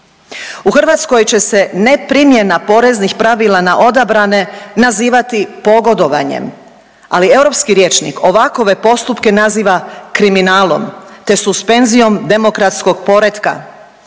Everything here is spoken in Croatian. U Hrvatskoj će se neprimjena poreznih pravila na odabrane nazivati pogodovanjem, ali europski rječnik ovakove postupke naziva kriminalom, te suspenzijom demokratskog poretka.